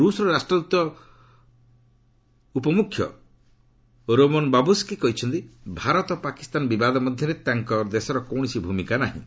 ରୁଷ ରାଷ୍ଟ୍ରଦୂତର ଉପମୁଖ୍ୟ ରୋମନ ବାବୁସ୍କ କହିଛନ୍ତି ଭାରତ ପାକିସ୍ତାନ ବିବାଦ ମଧ୍ୟରେ ତାଙ୍କ ଦେଶର କୌଣସି ଭୂମିକା ନାହିଁ